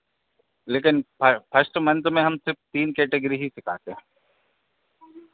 लेकिन first month में हम सिर्फ़ तीन कैटेगरी ही सीखते हैं